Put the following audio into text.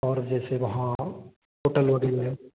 और जैसे वहाँ होटल लोडिंग में